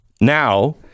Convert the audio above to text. Now